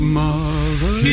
mother